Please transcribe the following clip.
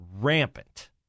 rampant